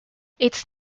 its